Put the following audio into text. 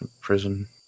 prison